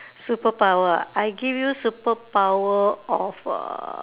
superpower ah I give you superpower of uh